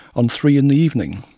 on three in the evening?